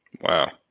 Wow